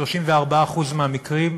34% מהמקרים,